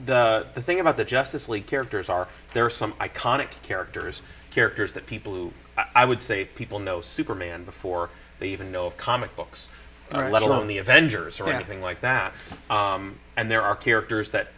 the thing about the justice league characters are there are some iconic characters characters that people who i would say people know superman before they even know of comic books and i let alone the avengers or anything like that and there are characters that